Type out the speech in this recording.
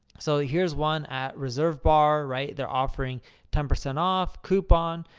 so here's one at reservebar, right? they're offering ten percent off coupon.